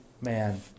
man